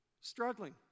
struggling